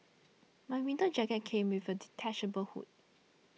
my winter jacket came with a detachable hood